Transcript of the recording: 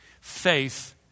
faith